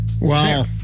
Wow